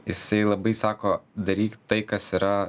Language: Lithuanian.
jisai labai sako daryk tai kas yra